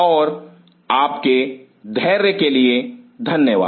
और आपके धैर्य के लिए धन्यवाद